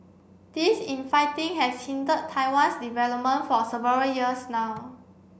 this infighting has hindered Taiwan's development for several years now